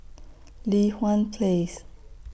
Li Hwan Place